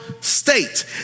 state